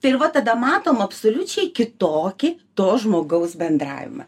tai ir va tada matom absoliučiai kitokį to žmogaus bendravimą